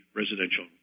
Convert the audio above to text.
residential